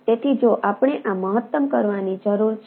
તેથી જો આપણે આ મહત્તમ કરવાની જરૂર છે